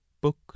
book